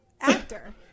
actor